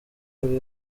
kuri